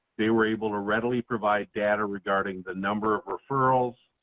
they were able to readily provide data regarding the number referrals,